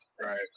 Right